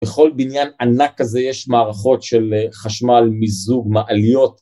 בכל בניין ענק כזה יש מערכות של חשמל, מיזוג, מעליות.